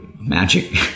magic